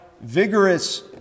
vigorous